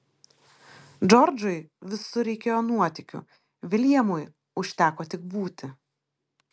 džordžui visur reikėjo nuotykių viljamui užteko tik būti